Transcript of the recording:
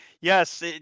yes